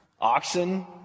oxen